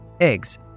Eggs